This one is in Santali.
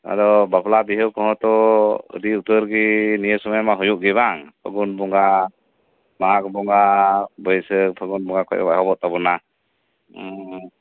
ᱟᱫᱚ ᱵᱟᱯᱞᱟ ᱵᱤᱦᱟᱹ ᱠᱚᱦᱚᱸ ᱛᱚ ᱟᱹᱰᱤ ᱩᱛᱟᱹᱨ ᱜᱮ ᱱᱤᱭᱟᱹ ᱥᱚᱢᱚᱭ ᱢᱟ ᱦᱩᱭᱩᱜ ᱜᱮ ᱵᱟᱝ ᱯᱷᱟᱹᱜᱩᱱ ᱵᱚᱸᱜᱟ ᱢᱟᱜᱽ ᱵᱚᱸᱜᱟ ᱵᱟᱹᱭᱥᱟᱹᱠᱷ ᱯᱷᱟᱹᱜᱩᱱ ᱵᱚᱸᱜᱟ ᱠᱷᱚᱱ ᱮᱦᱚᱵᱚᱜ ᱛᱟᱵᱚᱱᱟ